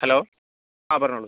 hello ആ പറഞ്ഞോളു